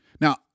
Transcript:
Now